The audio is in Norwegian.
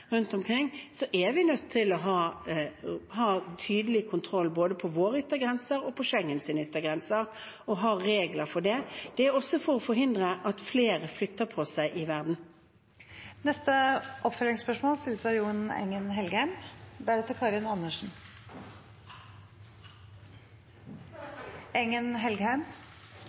rundt omkring – er vi nødt til å ha tydelig kontroll, både på våre yttergrenser og på Schengens yttergrenser, og ha regler for det. Det er også for å forhindre at flere flytter på seg i verden. Det åpnes for oppfølgingsspørsmål – først Jon